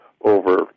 over